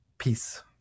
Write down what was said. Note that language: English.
Peace